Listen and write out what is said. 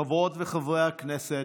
חברות וחברי הכנסת,